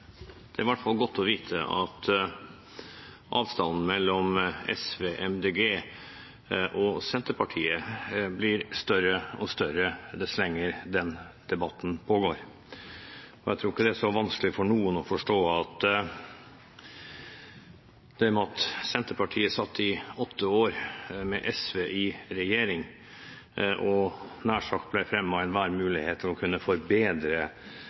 i hvert fall godt å vite at avstanden mellom SV, MDG og Senterpartiet blir større og større desto lenger denne debatten pågår. Jeg tror ikke det er så vanskelig for noen å forstå at det at Senterpartiet satt i regjering med SV i åtte år og brukte nær sagt enhver mulighet til å kunne forbedre